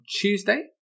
Tuesday